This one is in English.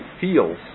feels